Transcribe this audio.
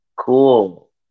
cool